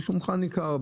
רישומך ניכר,